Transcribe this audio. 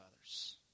others